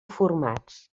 formats